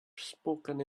spoken